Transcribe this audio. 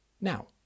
Now